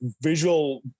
visual